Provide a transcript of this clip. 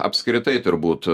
apskritai turbūt